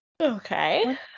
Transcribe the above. Okay